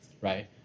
right